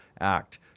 act